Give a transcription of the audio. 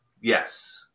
Yes